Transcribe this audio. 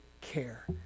care